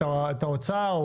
את האוצר,